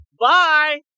Bye